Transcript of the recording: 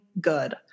good